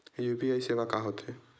UPI सेवा का होथे?